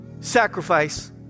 sacrifice